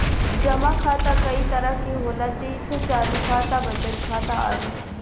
जमा खाता कई तरह के होला जेइसे चालु खाता, बचत खाता आदि